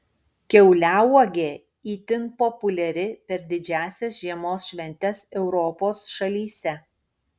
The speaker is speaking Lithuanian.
kiauliauogė itin populiari per didžiąsias žiemos šventes europos šalyse